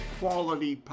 quality